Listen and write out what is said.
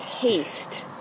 taste